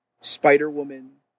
Spider-Woman